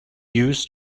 used